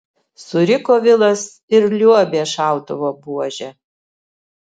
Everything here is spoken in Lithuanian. suriko vilas ir liuobė šautuvo buože